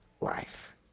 life